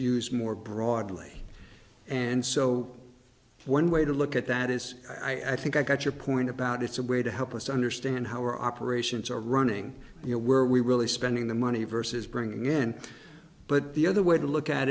used more broadly and so one way to look at that is i think i got your point about it's a way to help us understand how our operations are running were we really spending the money versus bringing again but the other way to look at